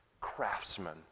craftsman